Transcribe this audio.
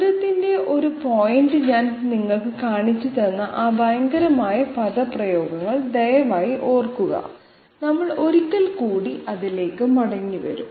ദൂരത്തിന്റെ ഒരു പോയിന്റ് ഞാൻ നിങ്ങൾക്ക് കാണിച്ചുതന്ന ആ ഭയങ്കരമായ പദപ്രയോഗങ്ങൾ ദയവായി ഓർക്കുക നമ്മൾ ഒരിക്കൽ കൂടി അതിലേക്ക് മടങ്ങിവരും